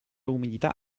umidità